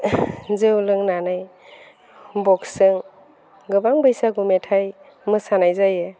जौ लोंनानै बक्सजों गोबां बैसागु मेथाइ मोसानाय जायो